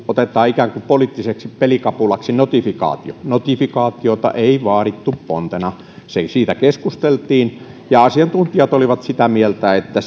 otetaan ikään kuin poliittiseksi pelikapulaksi notifikaatio niin notifikaatiota ei vaadittu pontena siitä keskusteltiin ja asiantuntijat olivat sitä mieltä että